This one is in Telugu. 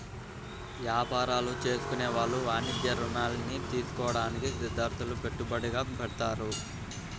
యాపారాలు చేసుకునే వాళ్ళు వాణిజ్య రుణాల్ని తీసుకోడానికి స్థిరాస్తులను పెట్టుబడిగా పెడతారు